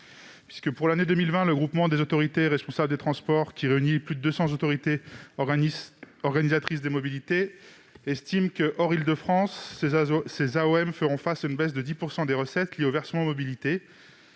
régions. Pour l'année 2020, le Groupement des autorités responsables de transport, qui réunit plus de 200 autorités organisatrices de la mobilité, estime que celles-ci feront face à une baisse de 10 % des recettes liées au versement mobilité,